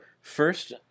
first